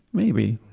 maybe.